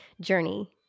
journey